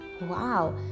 wow